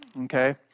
Okay